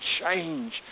change